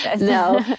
No